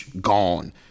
gone